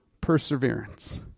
Perseverance